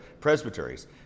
presbyteries